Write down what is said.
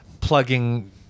plugging